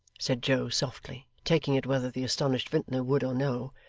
said joe softly, taking it whether the astonished vintner would or no.